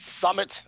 Summit